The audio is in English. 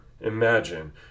imagine